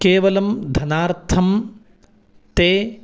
केवलं धनार्थं ते